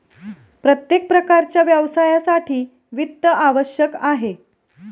प्रत्येक प्रकारच्या व्यवसायासाठी वित्त आवश्यक आहे